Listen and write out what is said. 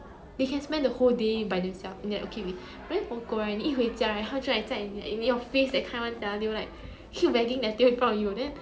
mm ya 对对对